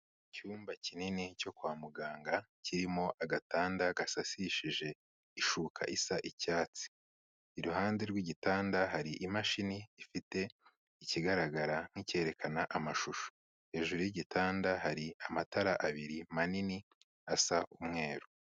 Icyumba kinini cyo kwa muganga kirimo agatanda gasasishije ishuka isa icyatsi, iruhande rw'igitanda hari imashini ifite ikigaragara nk'icyerekana amashusho, hejuru yi'gitanda hari amatara abiri manini asa umweru.